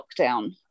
lockdown